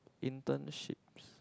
internship